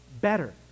better